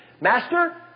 Master